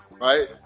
Right